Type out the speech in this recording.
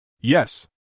Yes